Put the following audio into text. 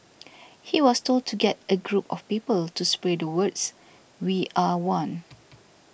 he was told to get a group of people to spray the words we are one